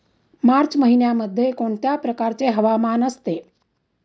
मार्च महिन्यामध्ये कोणत्या प्रकारचे हवामान असते?